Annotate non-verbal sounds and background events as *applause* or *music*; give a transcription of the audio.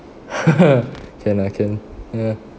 *laughs* can lah can uh